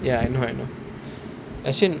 ya I know I know actually